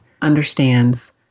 understands